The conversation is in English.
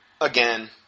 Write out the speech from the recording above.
Again